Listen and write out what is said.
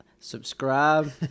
Subscribe